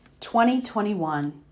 2021